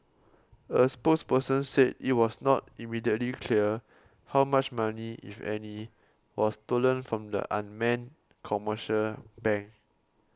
a spokesperson said it was not immediately clear how much money if any was stolen from the unnamed commercial bank